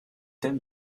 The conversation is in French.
thèmes